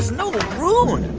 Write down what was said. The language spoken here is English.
no room.